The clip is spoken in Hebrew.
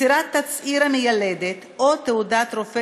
מסירת תצהיר המיילדת או תעודת רופא